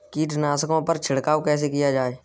कीटनाशकों पर छिड़काव कैसे किया जाए?